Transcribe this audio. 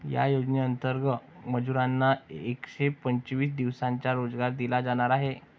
या योजनेंतर्गत मजुरांना एकशे पंचवीस दिवसांचा रोजगार दिला जाणार आहे